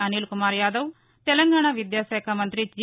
అనిల్కుమార్ యాదవ్ తెలంగాణ విద్యాశాఖ మంత్రి జి